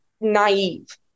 naive